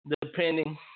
depending